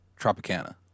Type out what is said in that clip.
Tropicana